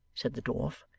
said the dwarf.